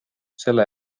selle